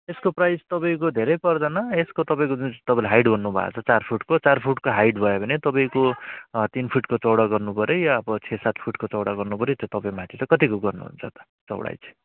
त्यसको प्राइस तपाईँको धेरै पर्दैन यसको तपाईँको जुन तपाईँले हाइट भन्नु भएको छ चार फिटको चार फिटको हाइट भयो भने तपाईँको तिन फिटको चौडा गर्नु पर्यो वा अब छ सात फिटको चौडा गर्नु पर्यो त्यो तपाईँ माथि छ कतिको गर्नु हुन्छ त चौडाइ चाहिँ